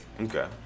okay